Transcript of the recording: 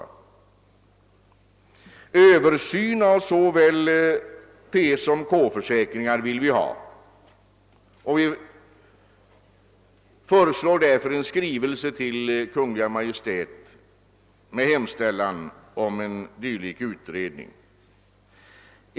Vi vill ha översyn av såväl P som K försäkringar och föreslår därför en skrivelse till Kungl. Maj:t med hemställan om en dylik utredning.